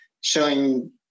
showing